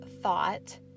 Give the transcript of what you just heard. thought